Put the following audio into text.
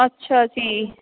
ਅੱਛਾ ਜੀ